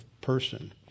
person